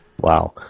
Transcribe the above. Wow